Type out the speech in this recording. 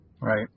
Right